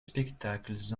spectacles